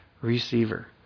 receiver